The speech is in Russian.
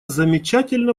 замечательно